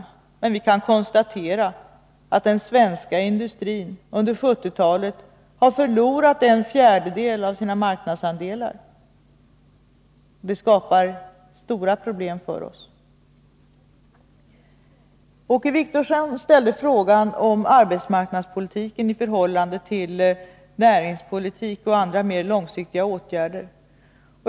Vi kan emellertid konstatera att den svenska industrin under 1970-talet har förlorat en fjärdedel av sina marknadsandelar. Det skapar stora problem för oss. Åke Wictorsson ställde en fråga om arbetsmarknadspolitiken i förhållande till näringspolitiken och andra mer långsiktiga åtgärder.